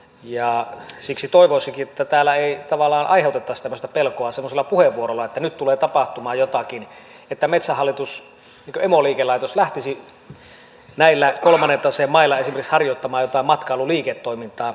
ja siksi toivoisinkin että täällä ei tavallaan aiheutettaisi tämmöistä pelkoa semmoisella puheenvuorolla että nyt tulee tapahtumaan jotakin että metsähallitus emoliikelaitos lähtisi näillä kolmannen taseen mailla esimerkiksi harjoittamaan jotain matkailuliiketoimintaa